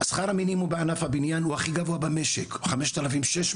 שכר המינימום בענף הבניין הוא הכי גבוה במשק הוא 5,600